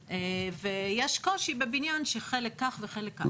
יש קושי במקרה של בניין שחלק כך וחלק כך.